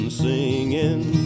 singing